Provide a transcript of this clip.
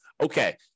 okay